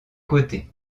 côtés